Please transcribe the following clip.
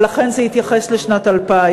ולכן זה התייחס לשנת 2000,